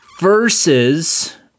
versus